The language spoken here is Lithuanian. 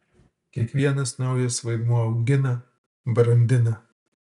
kiekvienas naujas vaidmuo augina brandina